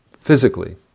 physically